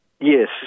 Yes